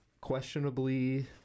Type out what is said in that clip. questionably